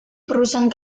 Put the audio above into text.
perusahaan